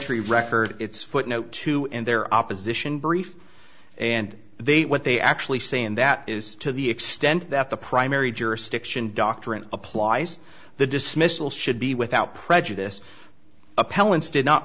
y record it's footnote two and their opposition brief and they what they actually say and that is to the extent that the primary jurisdiction doctrine applies the dismissal should be without prejudice appellants did not